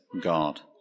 God